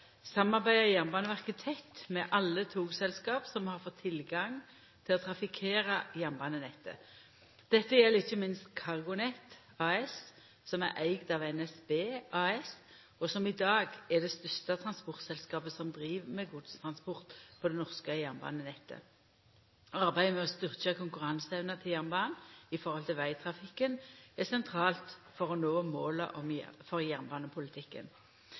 Jernbaneverket tett med alle togselskap som har fått tilgang til å trafikkera jernbanenettet. Dette gjeld ikkje minst CargoNet AS som er ått av NSB AS, og som i dag er det største transportselskapet som driv med godstransport på det norske jernbanenettet. Arbeidet med å styrkja konkurranseevna til jernbanen i forhold til vegtrafikken er sentralt for å nå måla for jernbanepolitikken.